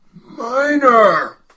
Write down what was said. minor